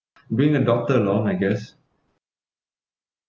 being a doctor lor I guess